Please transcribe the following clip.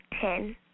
ten